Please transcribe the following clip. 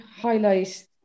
highlight